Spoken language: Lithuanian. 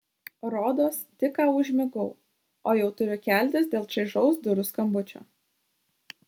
rodos tik ką užmigau o jau turiu keltis dėl čaižaus durų skambučio